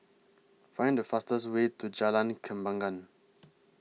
Find The fastest Way to Jalan Kembangan